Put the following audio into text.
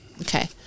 okay